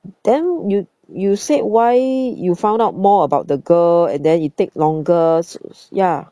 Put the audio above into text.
then you you said why you found out more about the girl and then it take longer ya